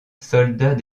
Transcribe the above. soldats